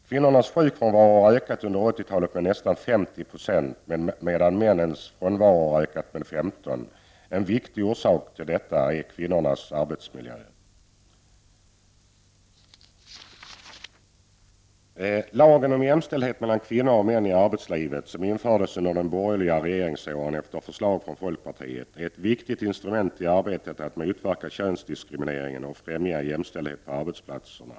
Kvinnornas sjukfrånvaro har under 80-talet ökat med nästan 50 %, medan männens frånvaro har ökat med 15 %. En viktig orsak till detta är kvinnornas arbetsmiljö. Lagen om jämställdhet mellan kvinnor och män i arbetslivet, som infördes under de borgerliga regeringsåren efter förslag från folkpartiet, är ett viktigt instrument i arbetet med att motverka könsdiskriminering och främja jämställdhet på arbetsplatserna.